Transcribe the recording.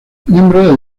miembro